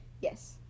Yes